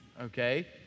Okay